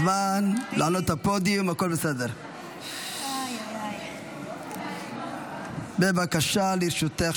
פה שיטה, באמת, אפשר בבקשה להגביר?